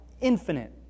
infinite